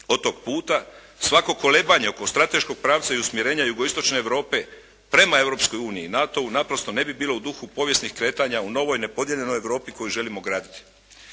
od tog puta, svako kolebanje oko strateškog pravca i usmjerenja jugoistočne Europe prema Europskoj uniji i NATO-u naprosto ne bi bilo u duhu povijesnih kretanja u novoj nepodijeljenoj Europi koju želimo graditi.